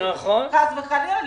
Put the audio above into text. חס וחלילה,